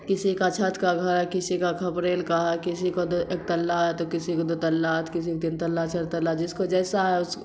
کسی کا چھت کا گھر ہے کسی کا کھپریل کا ہے کسی کا دو ایک تلا ہے تو کسی کو دو تلا ہے تو کسی کو تین تلا چار تلا جس کو جیسا ہے اس